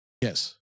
Yes